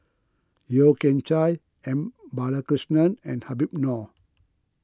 Yeo Kian Chai M Balakrishnan and Habib Noh